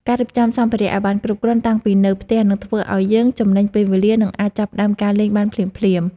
ការរៀបចំសម្ភារៈឱ្យបានគ្រប់គ្រាន់តាំងពីនៅផ្ទះនឹងធ្វើឱ្យយើងចំណេញពេលវេលា និងអាចចាប់ផ្ដើមការលេងបានភ្លាមៗ។